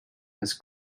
has